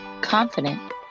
confident